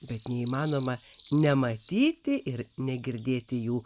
bet neįmanoma nematyti ir negirdėti jų